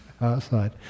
outside